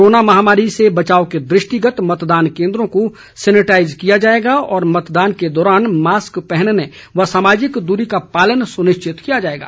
corona महामारी से बचाव के दृष्टिगत मतदान केंद्रों को सैनेटाइज किया जाएगा और मतदान के दौरान मास्क पहनने व सामाजिक दूरी का पालन सुनिश्चित किया जाएगा